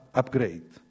upgrade